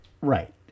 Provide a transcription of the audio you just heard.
Right